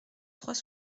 trois